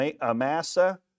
Amasa